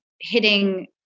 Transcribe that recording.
hitting